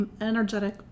energetic